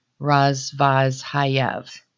Razvazhayev